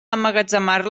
emmagatzemar